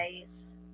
guys